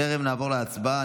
בטרם נעבור להצבעה,